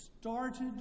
started